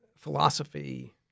Philosophy